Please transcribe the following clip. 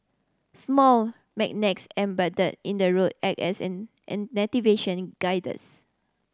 small magnets embedded in the road act as an an navigation guiders